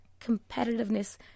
competitiveness